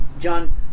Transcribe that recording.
John